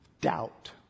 doubt